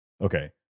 Okay